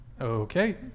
Okay